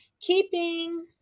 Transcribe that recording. Keeping